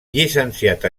llicenciat